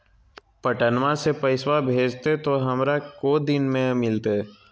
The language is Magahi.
पटनमा से पैसबा भेजते तो हमारा को दिन मे मिलते?